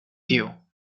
view